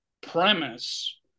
premise